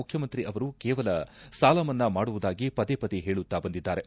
ಮುಖ್ಯಮಂತ್ರಿ ಅವರು ಕೇವಲ ಸಾಲಮನ್ನಾ ಮಾಡುವುದಾಗಿ ಪದೆ ಪದೆ ಹೇಳುತ್ತಾ ಬಂದಿದ್ದಾರೆ